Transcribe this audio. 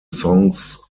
songs